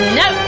no